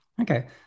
Okay